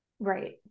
right